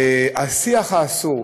השיח האסור.